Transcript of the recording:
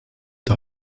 der